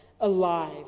alive